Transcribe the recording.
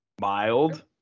Mild